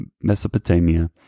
Mesopotamia